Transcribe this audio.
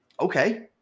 okay